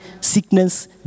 sickness